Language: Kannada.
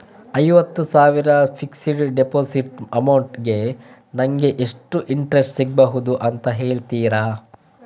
ಐವತ್ತು ಸಾವಿರ ಫಿಕ್ಸೆಡ್ ಡೆಪೋಸಿಟ್ ಅಮೌಂಟ್ ಗೆ ನಂಗೆ ಎಷ್ಟು ಇಂಟ್ರೆಸ್ಟ್ ಸಿಗ್ಬಹುದು ಅಂತ ಹೇಳ್ತೀರಾ?